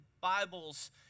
Bible's